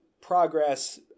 progress